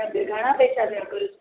ऐं त घणा पैसा चए पई